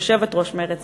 יושבת-ראש מרצ,